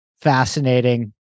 fascinating